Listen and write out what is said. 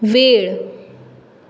वेळ